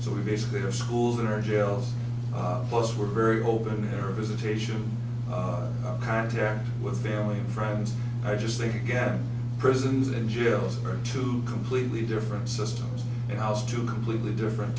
so we basically have schools in our jails plus we are very open in our visitation of contact with family and friends i just think again prisons and jails are two completely different systems they house two completely different